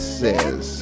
says